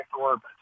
orbit